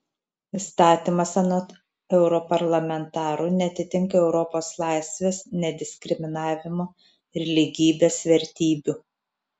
įstatymas anot europarlamentarų neatitinka europos laisvės nediskriminavimo ir lygybės vertybių